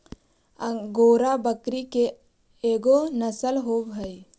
angora बकरी के एगो नसल होवऽ हई